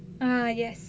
ah yes